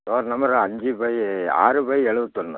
door number அஞ்சு by ஆறு by எழுவத்தொன்னு